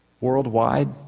worldwide